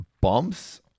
bumps